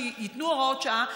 שייתנו הוראות שעה,